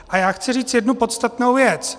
A já chci říct jednu podstatnou věc.